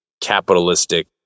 capitalistic